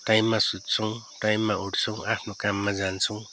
टाइममा सुत्छौँ टाइममा उठ्छौँ आफ्नो काममा जान्छौँ